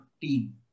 team